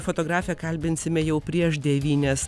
fotografę kalbinsime jau prieš devynias